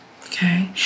Okay